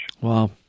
Wow